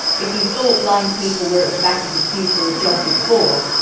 if you thought blind people were at the back of the queue for a job before,